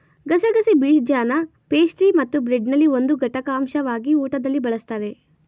ಗಸಗಸೆ ಬೀಜನಪೇಸ್ಟ್ರಿಮತ್ತುಬ್ರೆಡ್ನಲ್ಲಿ ಒಂದು ಘಟಕಾಂಶವಾಗಿ ಊಟದಲ್ಲಿ ಬಳಸ್ತಾರೆ